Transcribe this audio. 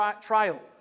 trial